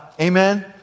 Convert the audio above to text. Amen